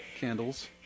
candles